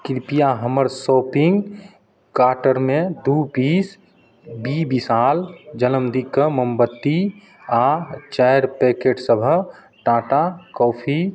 कृपया हमर शॉपिन्ग कार्टरमे दुइ पीस बी विशाल जनमदिनके मोमबत्ती आओर चारि पैकेट सब टाटा कॉफी